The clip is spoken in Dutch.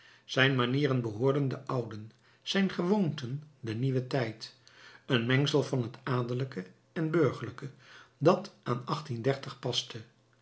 zijn manieren behoorden den ouden zijn gewoonten den nieuwen tijd een mengsel van het adellijke en burgerlijke dat aan paste